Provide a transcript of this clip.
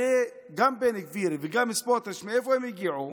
הרי גם בן גביר וגם סמוטריץ' מאיפה הם הגיעו?